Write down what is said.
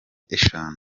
eshanu